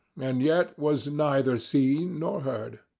and yet was neither seen nor heard.